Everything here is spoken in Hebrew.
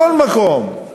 בכל מקום.